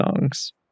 songs